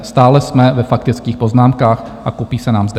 Stále jsme ve faktických poznámkách a kupí se nám zde.